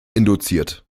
induziert